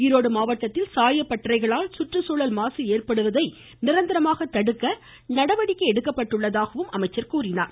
ஈரோடு மாவட்டத்தில் சாயப்பட்டறைகளால் சுற்றுச்சூழல் மாசு ஏற்படுவதை நிரந்தரமாக தடுக்க நடவடிக்கை எடுக்கப்பட்டுள்ளதாகவும் அவர் கூறினார்